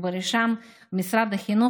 ובראשם משרד החינוך,